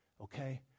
okay